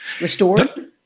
restored